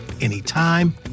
anytime